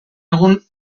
egun